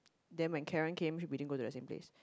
then when Karen came we didn't go to the same place